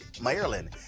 Maryland